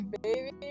baby